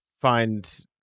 find